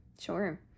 Sure